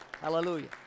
Hallelujah